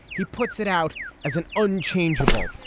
he puts it out as an unchanged. well,